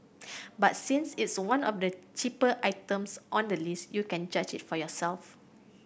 but since it's one of the cheaper items on the list you can judge it for yourself